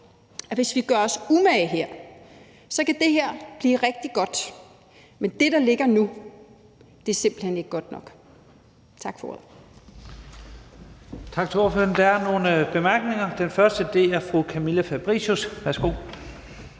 at hvis vi gør os umage her, kan det her blive rigtig godt. Men det, der ligger nu, er simpelt hen ikke godt nok. Tak for ordet. Kl. 14:33 Første næstformand (Leif Lahn Jensen): Tak til ordføreren. Der er nogle bemærkninger. Den første er fra fru Camilla Fabricius. Værsgo.